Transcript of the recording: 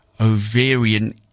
ovarian